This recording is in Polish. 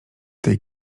tej